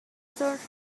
search